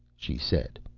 she said.